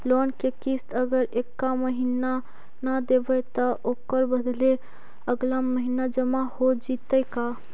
Loan के किस्त अगर एका महिना न देबै त ओकर बदले अगला महिना जमा हो जितै का?